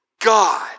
God